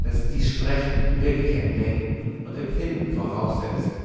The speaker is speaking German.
daß dies sprechen wirklich ein denken und empfinden voraussetze